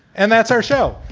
and that's our show.